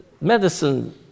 Medicine